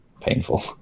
painful